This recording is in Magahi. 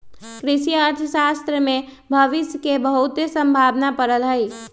कृषि अर्थशास्त्र में भविश के बहुते संभावना पड़ल हइ